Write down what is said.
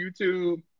YouTube